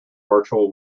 virtual